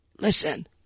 listen